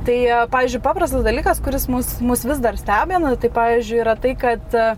tai pavyzdžiui paprastas dalykas kuris mus mus vis dar stebina tai pavyzdžiui yra tai kad